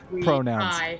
Pronouns